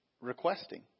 requesting